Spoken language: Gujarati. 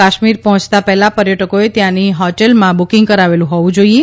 કાશ્મીર પહોંચતા પહેલા પર્યટકોએ ત્યાંની હોટલોમાં બુકીંગ કરાવેલું હોવું જોઈએ